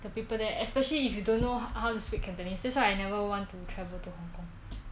the people there especially if you don't know how to speak cantonese that's why I never want to travel to hong kong